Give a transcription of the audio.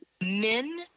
Men